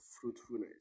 fruitfulness